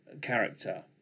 character